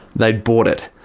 they'd bought it.